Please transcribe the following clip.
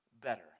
better